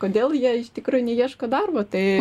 kodėl jie iš tikrųjų neieško darbo tai